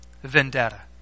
vendetta